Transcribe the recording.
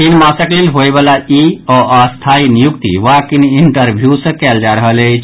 तीन मासक लेल होयवला ई अस्थायी नियुक्ति वॉक इन इंटरव्यू सँ कयल जा रहल अछि